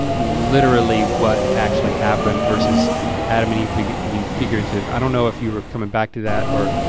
literally what actually happened versus adam and eve being i mean figurative. i don't know if you were coming back to that or